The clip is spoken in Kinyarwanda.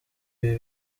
ibi